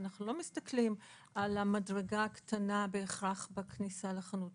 אנחנו לא בהכרח מסתכלים על המדרגה הקטנה בכניסה לחנות.